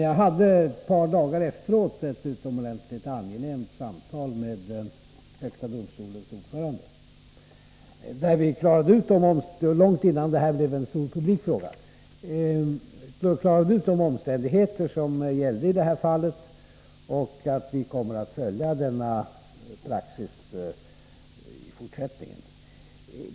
Jag hade ett par dagar efteråt ett utomordentligt angenämt samtal med högsta domstolens ordförande, där vi — långt innan detta blev en stor publik fråga — klarade ut de omständigheter som gällde i det här fallet och att vi kommer att följa praxis i fortsättningen.